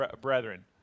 brethren